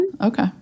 Okay